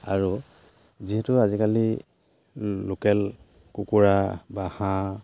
আৰু যিহেতু আজিকালি লোকেল কুকুৰা বা হাঁহ